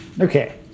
Okay